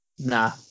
Nah